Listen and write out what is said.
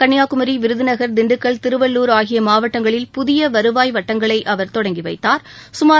கன்னியாகுமரி விருதுநகர் திண்டுக்கல் திருவள்ளுர் ஆகிய மாவட்டங்களில் புதிய வருவாய் வட்டங்களை அவர் தொடங்கிவைத்தார்